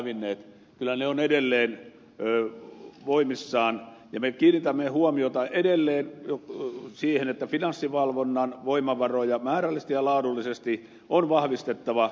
kyllä ne ovat edelleen voimissaan ja me kiinnitämme huomiota edelleen siihen että finanssivalvonnan voimavaroja määrällisesti ja laadullisesti on vahvistettava